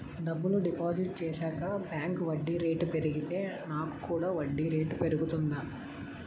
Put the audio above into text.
డబ్బులు డిపాజిట్ చేశాక బ్యాంక్ వడ్డీ రేటు పెరిగితే నాకు కూడా వడ్డీ రేటు పెరుగుతుందా?